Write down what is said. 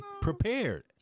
prepared